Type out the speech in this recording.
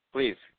Please